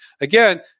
Again